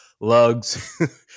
lugs